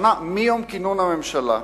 מיום כינון הממשלה,